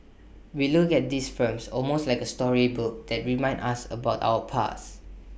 we look at these films almost like A storybooks that remind us about our past